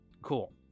cool